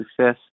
success